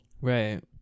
Right